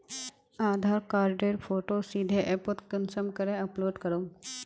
आधार कार्डेर फोटो सीधे ऐपोत कुंसम करे अपलोड करूम?